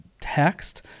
text